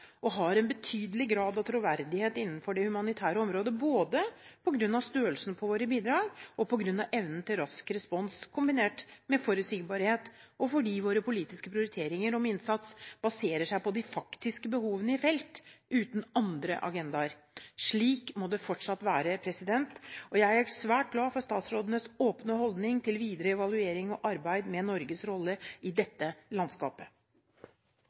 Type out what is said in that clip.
og har en betydelig grad av troverdighet innenfor det humanitære området, både på grunn av størrelsen på sine bidrag, på grunn av evnen til rask respons kombinert med forutsigbarhet og fordi politiske prioriteringer på innsats baserer seg på de faktiske behovene i felt, uten andre agendaer. Slik må det fortsatt være. Jeg er svært glad for statsrådenes åpne holdning til videre evaluering og arbeid med Norges rolle i dette landskapet.